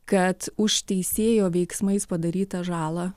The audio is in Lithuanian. kad už teisėjo veiksmais padarytą žalą